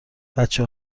بچه